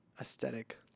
aesthetic